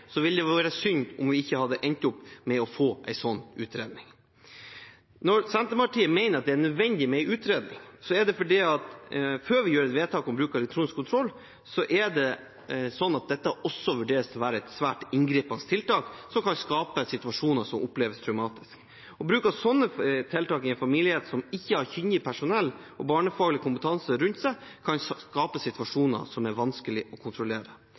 ville det vært synd om vi ikke hadde endt opp med å få en slik utredning. Når Senterpartiet mener at det er nødvendig med en utredning før vi gjør et vedtak om bruk av elektronisk kontroll, er det fordi dette vurderes til å være et svært inngripende tiltak som kan skape situasjoner som oppleves traumatiske. Bruk av slike tiltak overfor en familie som ikke har kyndig personell og barnefaglig kompetanse rundt seg, kan skape situasjoner som er vanskelige å kontrollere.